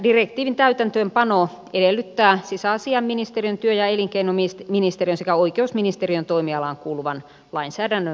direktiivin täytäntöönpano edellyttää sisäasiainministeriön työ ja elinkeinoministeriön sekä oikeusministeriön toimialaan kuuluvan lainsäädännön muuttamista